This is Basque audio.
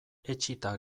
etsita